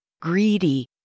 greedy